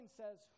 says